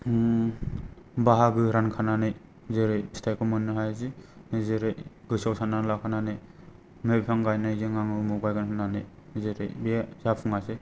बाहागो रानखानानै जेरै फिथाइखौ मोननो हायादि जेरै गोसोआव साननानै लाखानानै नै बे बिफां गायनायजों आङो उमुक बायगोन होननानै जेरै बे जाफुङासै